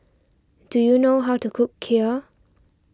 do you know how to cook Kheer